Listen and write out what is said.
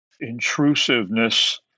Intrusiveness